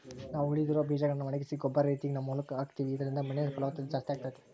ನಾವು ಉಳಿದಿರೊ ಬೀಜಗಳ್ನ ಒಣಗಿಸಿ ಗೊಬ್ಬರ ರೀತಿಗ ನಮ್ಮ ಹೊಲಕ್ಕ ಹಾಕ್ತಿವಿ ಇದರಿಂದ ಮಣ್ಣಿನ ಫಲವತ್ತತೆ ಜಾಸ್ತಾಗುತ್ತೆ